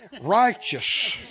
righteous